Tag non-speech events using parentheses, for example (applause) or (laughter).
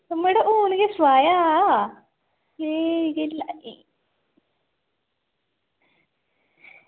मड़ो हून गै सुआया हा एह् (unintelligible)